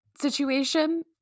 situation